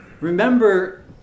Remember